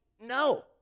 No